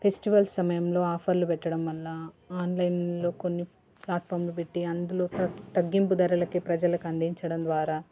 festival సమయంలో ఆఫర్లు పెట్టడం వల్ల ఆన్లైన్లో కొన్ని ప్లాట్ఫామ్లు పెట్టి అందులో తగ్గింపు ధరలకే ప్రజలకు అందించడం ద్వారా